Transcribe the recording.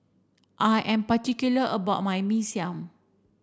I am particular about my Mee Siam